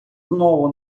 знову